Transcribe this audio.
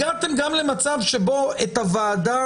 הגעתם גם למצב שבו את הוועדה,